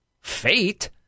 fate